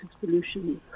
solutions